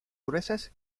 gruesas